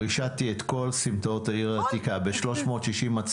רישַתּי את כל סמטאות העיר העתיקה ב-360 מצלמות,